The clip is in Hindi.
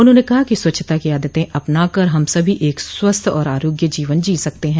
उन्होंने कहा कि स्वच्छता की आदतें अपना कर हम सभी एक स्वस्थ और आरोग्य जीवन जी सकते हैं